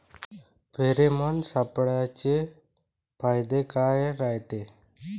Pheromone सापळ्याचे फायदे काय रायते?